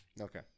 Okay